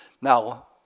Now